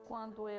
Quando